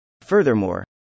Furthermore